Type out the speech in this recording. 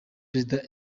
perezida